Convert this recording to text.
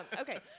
Okay